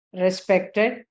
respected